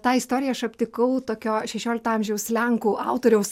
tą istoriją aš aptikau tokio šešiolikto amžiaus lenkų autoriaus